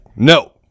No